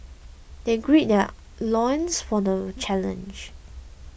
they gird their loins for the challenge